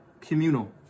communal